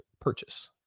purchase